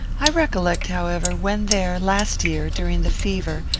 i recollect, however, when there, last year, during the fever,